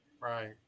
right